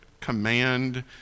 command